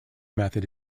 method